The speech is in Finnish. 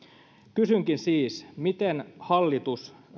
kysynkin siis miten hallitus